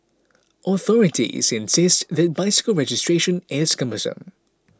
authorities insist that bicycle registration is cumbersome